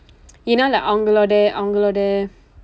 ஏன் என்றால்:een enraal like அவங்களுடைய அவங்களுடைய:avangkaludaiya avangkaludaiya